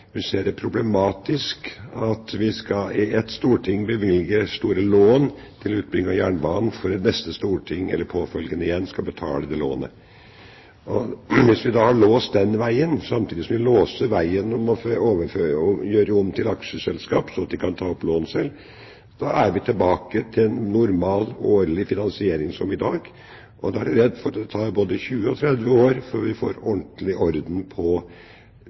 ser det som problematisk at vi i ett storting skal bevilge store lån til utbygging av jernbanen for at neste storting, eller påfølgende igjen, skal betale det lånet. Hvis vi da har låst den veien, samtidig som vi låser veien for å gjøre om til aksjeselskap, slik at de kan ta opp lån selv, da er vi tilbake til en normal årlig finansiering som i dag. Da er jeg redd for at det tar både 20 og 30 år før vi får ordentlig orden på